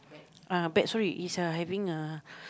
ah bad sorry he's uh having a